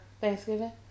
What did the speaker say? Thanksgiving